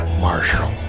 Marshall